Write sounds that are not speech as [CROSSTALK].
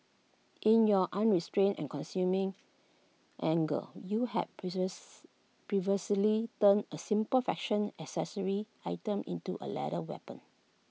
in your unrestrained and consuming anger you had [UNINTELLIGIBLE] perversely turned A simple fashion accessory item into A lethal weapon